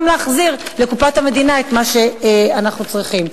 להחזיר לקופת המדינה את מה שאנחנו צריכים.